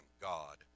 God